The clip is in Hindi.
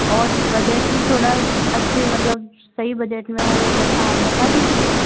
और बजट भी थोड़ा अच्छे मतलब सही बजट में हो वैसा आप बता दीजिए